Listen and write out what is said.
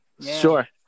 Sure